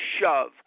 shove